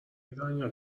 ایرانیا